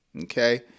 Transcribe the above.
okay